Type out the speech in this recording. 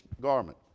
garment